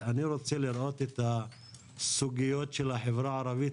אני רוצה לראות את הסוגיות של החברה הערבית